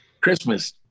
Christmas